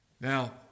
Now